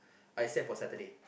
uh except for Saturday